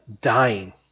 dying